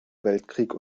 weltkrieg